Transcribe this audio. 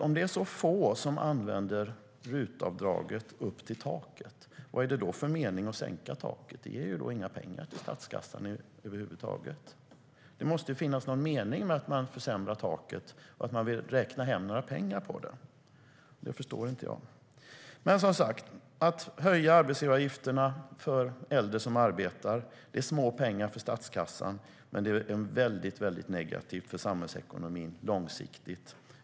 Om det är så få som använder RUT-avdraget upp till taket, vad är det då för mening med att sänka taket? Det ger ju i så fall inga pengar till statskassan över huvud taget. Det måste finnas någon mening med att man försämrar taket, det vill säga att man vill räkna hem en del pengar. Detta förstår jag inte. Men som sagt: Att höja arbetsgivaravgifterna för äldre som arbetar ger små pengar till statskassan, men det är väldigt negativt för samhällsekonomin långsiktigt.